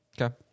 Okay